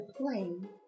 plane